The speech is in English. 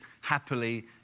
happily